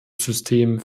systemen